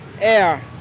air